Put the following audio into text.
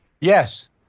Yes